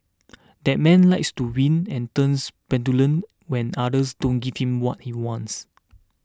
that man likes to win and turns petulant when others don't give him what he wants